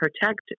protect